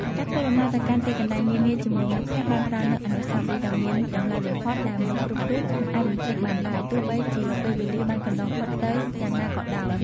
ការធ្វើដំណើរទៅកាន់ទីកន្លែងនានាជាមួយមិត្តភក្តិបានផ្តល់នូវអនុស្សាវរីយ៍ដ៏មានតម្លៃបំផុតដែលមនុស្សគ្រប់រូបមិនអាចបំភ្លេចបានឡើយ ទោះបីជាពេលវេលាបានកន្លងផុតទៅយ៉ាងណាក៏ដោយ។